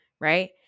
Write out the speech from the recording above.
right